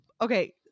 Okay